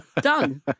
Done